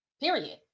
period